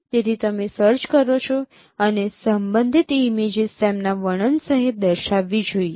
તેથી તમે સર્ચ કરો છો અને સંબંધિત ઇમેજીસ તેમના વર્ણન સહિત દર્શાવવી જોઈએ